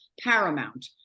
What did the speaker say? paramount